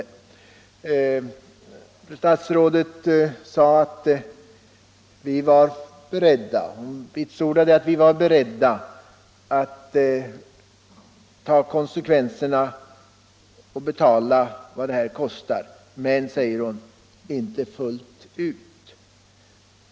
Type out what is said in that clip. Fru statsrådet vitsordade att vi var beredda att ta konsekvenserna och 173 "betala kostnaderna, men — sade hon -— inte fullt ut.